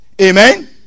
Amen